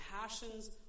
passions